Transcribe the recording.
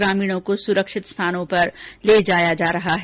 ग्रामीणों को सुरक्षित स्थान पर ले जाया जा रहा है